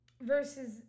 Versus